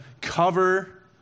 cover